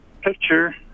picture